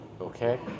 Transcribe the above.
okay